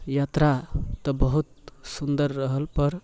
यात्रा तऽ बहुत सुन्दर रहल पर